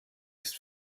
ist